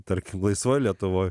tarkim laisvoj lietuvoj